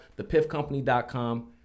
thepiffcompany.com